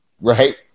right